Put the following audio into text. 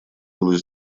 было